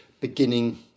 beginning